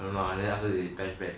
dunno after that they patched back